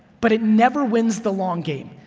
but it never wins the long game,